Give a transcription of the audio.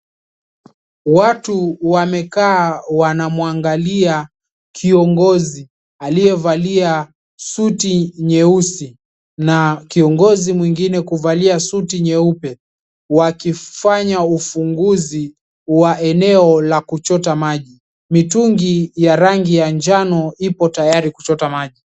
Watu wamekaa wanamwangalia kiongozi aliyevalia suti nyeusi na kiongozi mwingine kuvalia suti nyeupe, wakifanya ufunguzi wa eneo la kuchota maji. Mitungi ya rangi ya njano ipo tayari kuchota maji.